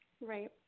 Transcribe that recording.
Right